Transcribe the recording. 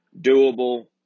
doable